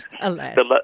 Alas